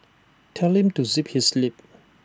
telling to zip his lip